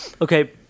Okay